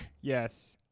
Yes